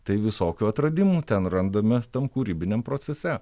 tai visokių atradimų ten randame tam kūrybiniam procese